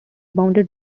bounded